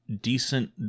decent